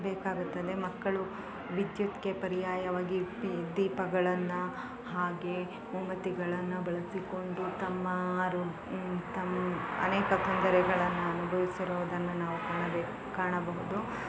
ಬೇಕಾಗುತ್ತದೆ ಮಕ್ಕಳು ವಿದ್ಯುತ್ಗೆ ಪರ್ಯಾಯವಾಗಿ ದೀಪಗಳನ್ನು ಹಾಗೆ ಮೊಂಬತ್ತಿಗಳನ್ನ ಬಳಸಿಕೊಂಡು ತಮ್ಮ ಆರೊ ತಮ್ಮ ಅನೇಕ ತೊಂದರೆಗಳನ್ನು ಅನುಭವಿಸಿರೋದನ್ನು ನಾವು ಕಾಣಬೇಕು ಕಾಣಬಹುದು